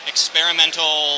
experimental